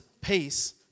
peace